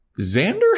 Xander